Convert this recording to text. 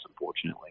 unfortunately